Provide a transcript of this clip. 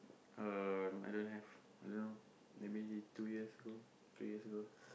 um I don't have I don't know maybe two years ago three years ago